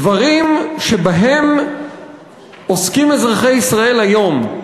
דברים שבהם עוסקים אזרחי ישראל היום,